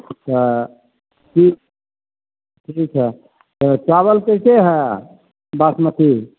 अच्छा ठीक ठीक है चाबल कैसे है बासमती